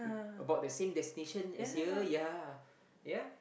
about the same destination as here yea yea